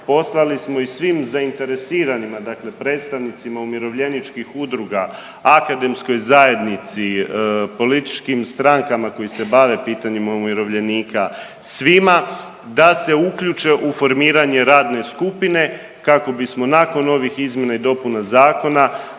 poslali smo i svim zainteresiranima, dakle predstavnicima umirovljeničkih udruga, akademskoj zajednici, političkim strankama koji se bave pitanjima umirovljenika, svima da se uključe u formiranje radne skupine kako bismo nakon ovih izmjena i dopuna zakona,